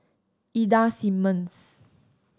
Ida Simmons